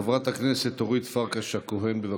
חברת הכנסת אורית פרקש הכהן, בבקשה.